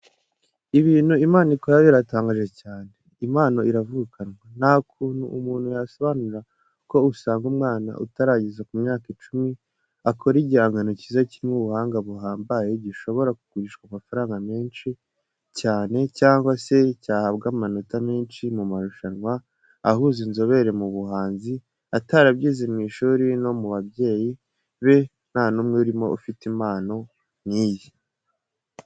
Ibintu Imana ikora biratangaje cyane, impano iravukanwa! Nta kundi umuntu yasobanura ko usanga umwana utarageza ku myaka icumi, akora igihangano cyiza, kirimo ubuhanga buhambaye, gishobora kugurishwa amafaranga menshi cyane cyangwa se cyahabwa amanota menshi mu marushanwa ahuza inzobere mu buhanzi, atarabyize mu ishuri no mu babyeyi be nta n'umwe urimo ufite impano nk'iyi.